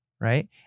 Right